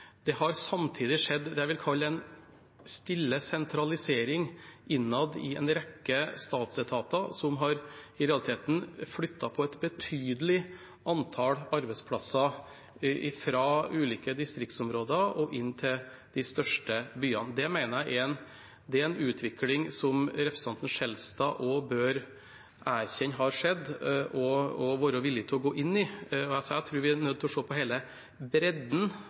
det har samtidig skjedd det jeg vil kalle en stille sentralisering innad i en rekke statsetater, noe som i realiteten har flyttet på et betydelig antall arbeidsplasser fra ulike distriktsområder og inn til de største byene. Det mener jeg er en utvikling som representanten Skjelstad også bør erkjenne har skjedd, og være villig til å gå inn i. Så jeg tror vi er nødt til å se på hele bredden